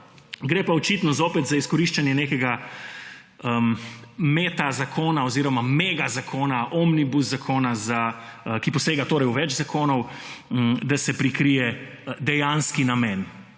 Gre pa očitno zopet za izkoriščanje nekega meta zakona oziroma mega zakona, omnibus zakona, ki posega v več zakonov, da se prikrije dejanski namen,